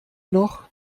noch